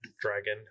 Dragon